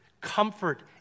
comfort